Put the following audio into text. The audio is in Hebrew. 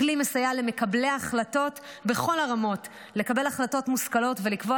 הכלי מסייע למקבלי ההחלטות בכל הרמות לקבל החלטות מושכלות ולקבוע